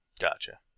Gotcha